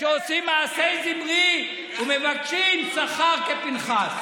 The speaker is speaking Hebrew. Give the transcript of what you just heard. שעושים מעשה זמרי ומבקשים שכר כפינחס.